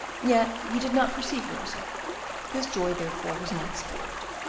yet he did not perceive rosa his joy therefore was not spoiled.